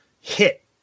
hit